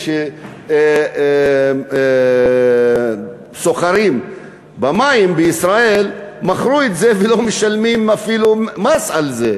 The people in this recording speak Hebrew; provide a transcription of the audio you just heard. שאלה שסוחרים במים בישראל מכרו את זה ולא משלמים אפילו מס על זה,